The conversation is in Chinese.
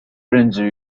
任职